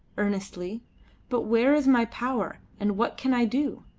earnestly but where is my power, and what can i do?